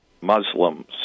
Muslims